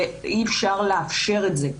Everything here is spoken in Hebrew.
ואי-אפשר לאפשר את זה.